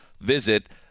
visit